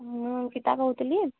ମୁଁ ଅଙ୍କିତା କହୁଥିଲି